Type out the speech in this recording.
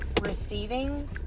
receiving